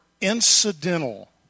incidental